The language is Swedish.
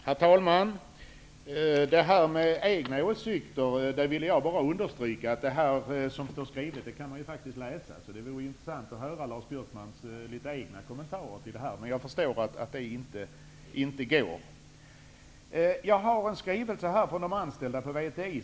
Herr talman! När det gäller detta med egna åsikter ville jag bara understryka att det som står skrivet kan man ju faktiskt läsa. Därför vore det intressant att höra Lars Björkmans egna kommentarer. Men jag förstår att det inte går. Jag har fått en skrivelse från de anställda på VTI.